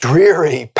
Dreary